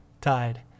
tied